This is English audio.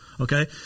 okay